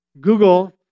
Google